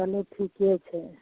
चलू ठीके छै